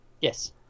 Yes